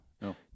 No